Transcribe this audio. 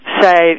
say